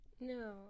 no